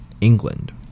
England